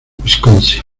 wisconsin